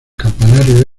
campanario